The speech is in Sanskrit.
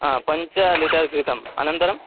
आ पञ्च लिटर् घृतम् अनन्तरम्